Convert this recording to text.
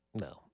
No